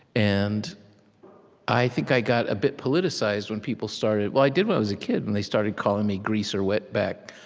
and i think i got a bit politicized when people started well, i did when i was a kid, when they started calling me greaser, wetback,